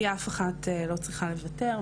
כי אף אחד לא צריכה לוותר,